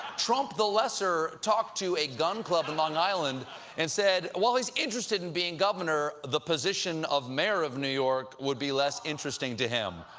trump the lesser talked to a gun club in long island and said, while he's interested in being governor, the position of mayor of new york would be less interesting to him.